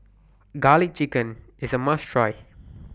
Garlic Chicken IS A must Try